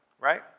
right